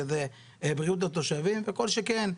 שזה בריאות התושבים וכל שכן,